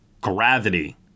Gravity